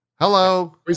Hello